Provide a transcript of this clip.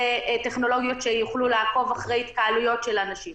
לטכנולוגיות שיוכלו לעקוב אחרי התקהלויות של אנשים.